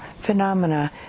phenomena